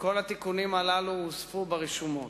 וכל התיקונים הללו הוספו ברשומות.